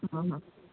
हा हा